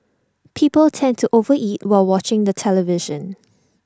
people tend to over eat while watching the television